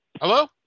Hello